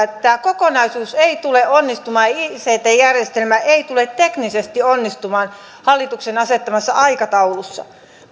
tämä hallituksen kokonaisuus ei tule onnistumaan ict järjestelmä ei tule teknisesti onnistumaan hallituksen asettamassa aikataulussa